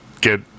get